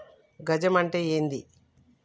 గజం అంటే ఏంది?